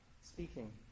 speaking